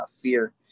fear